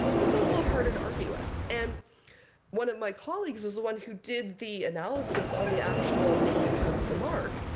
this one's a lot harder to argue with. and one of my colleagues was the one who did the analysis on the actual making of the mark.